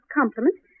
compliments